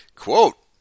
Quote